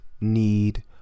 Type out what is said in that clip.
need